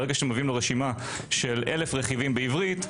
ברגע שאתם מביאים לו רשימה של אלף רכיבים בעברית,